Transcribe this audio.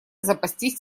запастись